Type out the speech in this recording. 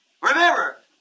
Remember